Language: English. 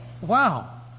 Wow